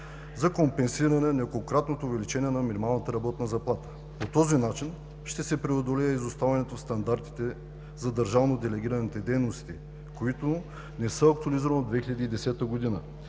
за компенсиране неколкократното увеличение на минималната работна заплата. По този начин ще се преодолее изоставането в стандартите за държавно делегираните дейности, които не са актуализирани от 2010 г.